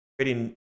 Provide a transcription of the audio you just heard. creating